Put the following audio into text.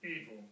evil